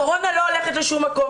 הקורונה לא הולכת לשום מקום,